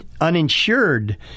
uninsured